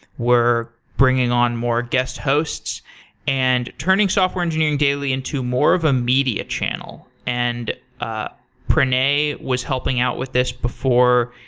we're bringing on more guest hosts and turning software engineering daily into more of a media channel. and ah pranay was helping out with this before.